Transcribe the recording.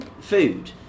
food